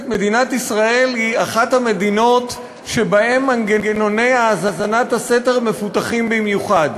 מדינת ישראל היא אחת המדינות שבהן מנגנוני האזנת הסתר מפותחים במיוחד.